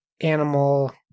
Animal